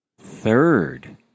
Third